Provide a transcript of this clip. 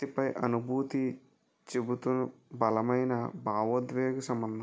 వ్యక్తిపై అనుభూతి చెబుతూ బలమైన భావోద్వేగ సంబంధం